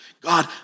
God